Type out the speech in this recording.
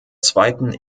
zweiten